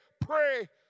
pray